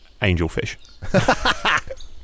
Angelfish